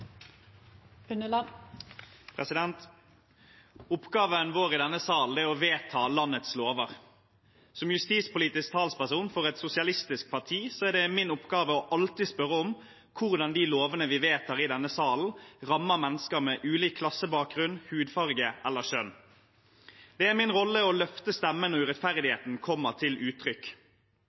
å vedta landets lover. Som justispolitisk talsperson for et sosialistisk parti er det min oppgave alltid å spørre om hvordan de lovene vi vedtar i denne salen, rammer mennesker med ulik klassebakgrunn, hudfarge eller kjønn. Det er min rolle å heve stemmen når urettferdigheten kommer til uttrykk,